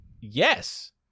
yes